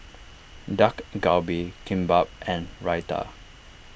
Dak Galbi Kimbap and Raita